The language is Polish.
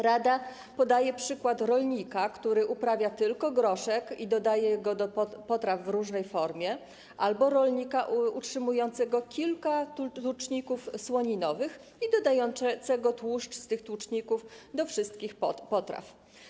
Rada podaje przykład rolnika, który uprawia tylko groszek i dodaje go do potraw w różnej formie, albo rolnika utrzymującego kilka tuczników słoninowych i dodającego tłuszcz z tych tuczników do wszystkich potraw.